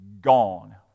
gone